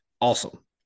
awesome